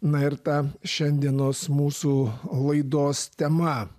na ir ta šiandienos mūsų laidos tema